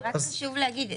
רק חשוב להגיד,